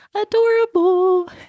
adorable